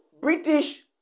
British